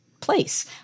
place